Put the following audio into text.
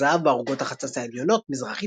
הזהב בערוגות החצץ העליונות מזרחית